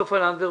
סופה לנדבר.